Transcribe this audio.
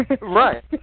Right